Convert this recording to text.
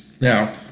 Now